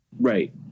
Right